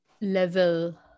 level